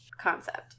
concept